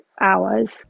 hours